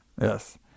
Yes